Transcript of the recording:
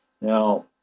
Now